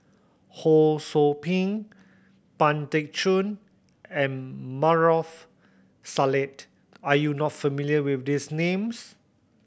Ho Sou Ping Pang Teck Joon and Maarof Salleh are you not familiar with these names